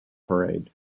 parade